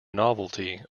novelty